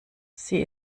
sie